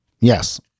Yes